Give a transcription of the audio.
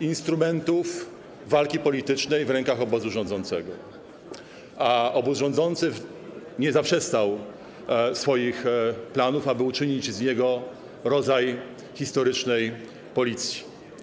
instrumentów walki politycznej w rękach obozu rządzącego, a obóz rządzący nie zaprzestał swoich planów, aby uczynić z niego rodzaj historycznej policji.